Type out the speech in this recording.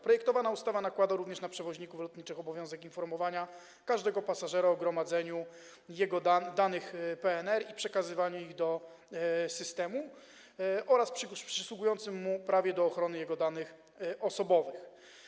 Projektowana ustawa nakłada również na przewoźników lotniczych obowiązek informowania każdego pasażera o gromadzeniu jego danych PNR i przekazywaniu ich do systemu oraz przysługującym mu prawie do ochrony jego danych osobowych.